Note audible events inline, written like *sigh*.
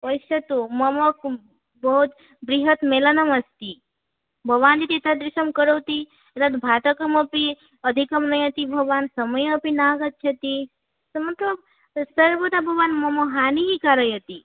पश्यतु मम *unintelligible* बहोत् बृहत् मेलनमस्ति भवान् यदि एतादृशं करोति एतद् भाटकमपि अधिकं नयति भवान् समयेऽपि नागच्छति किमर्थं सर्वदा भवान् मम हानिं कारयति